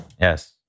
Yes